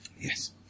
Yes